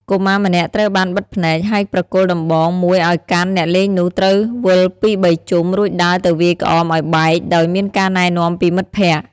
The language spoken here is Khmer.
កុមារម្នាក់ត្រូវបានបិទភ្នែក ហើយប្រគល់ដំបងមួយឱ្យកាន់អ្នកលេងនោះត្រូវវិលពីរបីជុំ រួចដើរទៅវាយក្អមឱ្យបែក ដោយមានការណែនាំពីមិត្តភក្តិ ។